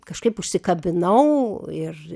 kažkaip užsikabinau ir